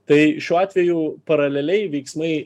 tai šiuo atveju paraleliai veiksmai